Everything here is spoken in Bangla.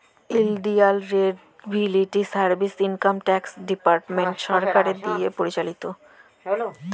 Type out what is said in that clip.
ইলডিয়াল revenue service income tax department সরকারের দিঁয়ে পরিচালিত